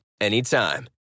anytime